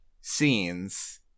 scenes